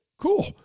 cool